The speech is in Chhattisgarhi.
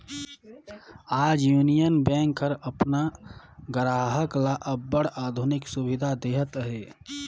आज यूनियन बेंक हर अपन गराहक ल अब्बड़ आधुनिक सुबिधा देहत अहे